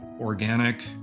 organic